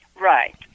Right